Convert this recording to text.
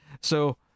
So-